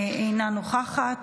אינה נוכחת,